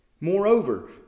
Moreover